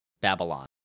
Babylon